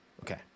Okay